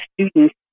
students